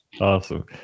Awesome